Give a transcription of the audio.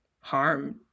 harm